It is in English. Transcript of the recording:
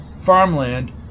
Farmland